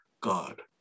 God